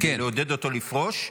כדי לעודד אותו לפרוש,